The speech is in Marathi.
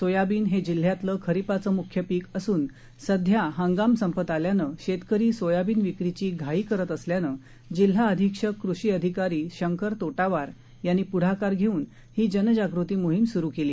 सोयाबीन हे जिल्ह्यातलं खरीपाचं म्ख्य पिक असून सध्या हंगाम संपत आल्यानं शेतकरी सोयाबीन विक्रीची घाई करत असल्यानं जिल्हा अधिक्षक कृषी अधिकारी शंकर तोटावार यांनी प्ढाकार घेऊन ही जनजाग़ती मोहीम स्रु केली